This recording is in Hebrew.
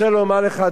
אדוני השר,